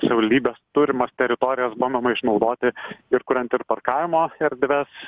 savivaldybės turimas teritorijas bandoma išnaudoti ir kuriant ir parkavimo erdves